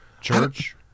church